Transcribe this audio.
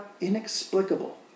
inexplicable